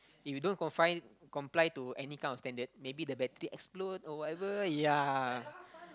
if you don't confine comply to any kind of standard maybe the battery explode or whatever ya